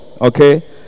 Okay